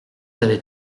avait